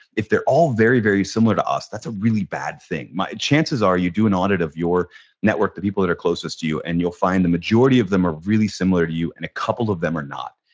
if they're all very, very similar to us that's a really bad thing. chances are you do an audit of your network, the people that are closest to you and you'll find the majority of them are really similar to you and a couple of them are not.